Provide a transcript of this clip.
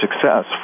success